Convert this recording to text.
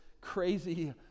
crazy